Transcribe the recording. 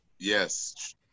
Yes